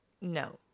No